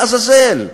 לעזאזל?